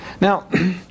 Now